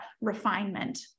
refinement